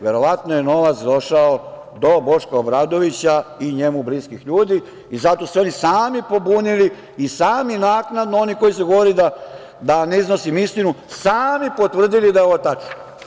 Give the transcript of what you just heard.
Verovatno je novac došao do Boška Obradovića i njemu bliskih ljudi i zato su se oni sami pobunili i sami naknadno, oni koji su govorili da ne iznosim istinu, sami potvrdili da je ovo tačno.